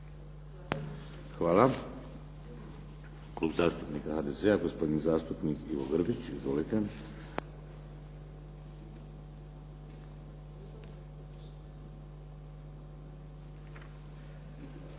Hvala. Klub zastupnika HDZ-a gospodin zastupnik Ivo Grbić. Izvolite.